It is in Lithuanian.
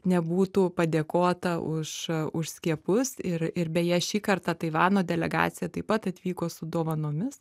nebūtų padėkota už už skiepus ir ir beje šį kartą taivano delegaciją taip pat atvyko su dovanomis